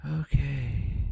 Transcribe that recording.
Okay